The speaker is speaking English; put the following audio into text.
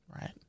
Right